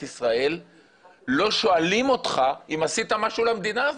ישראל לא שואלים אותך אם עשית משהו למדינה הזאת,